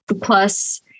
plus